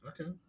Okay